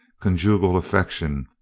conjugal affection,